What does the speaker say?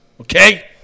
okay